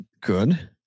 Good